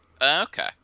okay